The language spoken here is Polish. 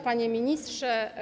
Panie Ministrze!